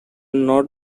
not